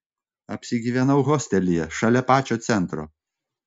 apsigyvenau hostelyje šalia pačio centro